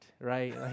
right